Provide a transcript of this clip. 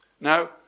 Now